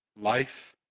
Life